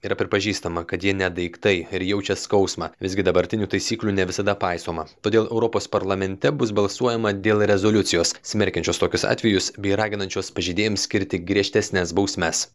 yra pripažįstama kad jie ne daiktai ir jaučia skausmą visgi dabartinių taisyklių ne visada paisoma todėl europos parlamente bus balsuojama dėl rezoliucijos smerkiančios tokius atvejus bei raginančios pažeidėjams skirti griežtesnes bausmes